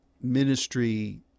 ministry